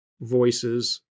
voices